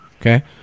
Okay